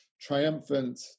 triumphant